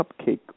cupcake